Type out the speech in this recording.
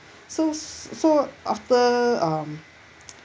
so so after um